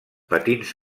patins